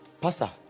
Pastor